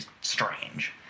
strange